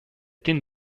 tin